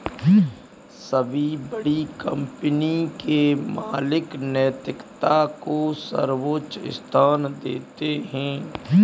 सभी बड़ी कंपनी के मालिक नैतिकता को सर्वोच्च स्थान देते हैं